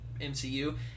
MCU